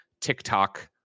TikTok